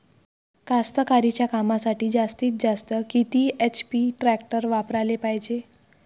कास्तकारीच्या कामासाठी जास्तीत जास्त किती एच.पी टॅक्टर वापराले पायजे?